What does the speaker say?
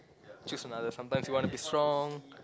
choose another sometimes you wanna be strong